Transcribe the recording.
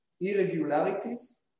irregularities